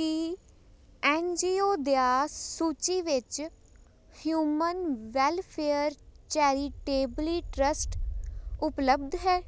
ਕੀ N G O ਦੀਆਂ ਸੂਚੀ ਵਿੱਚ ਹਿਊਮਨ ਵੈਲਫ਼ੇਅਰ ਚੈਰਿਟੇਬਲੀ ਟ੍ਰਸਟ ਉਪਲਬਧ ਹੈ